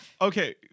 Okay